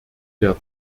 der